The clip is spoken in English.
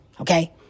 Okay